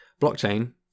blockchain